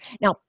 Now